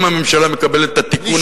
אם הממשלה מקבלת את התיקון הזה,